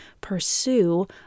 pursue